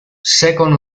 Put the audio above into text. second